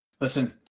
Listen